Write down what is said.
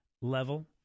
level